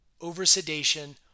over-sedation